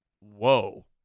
Whoa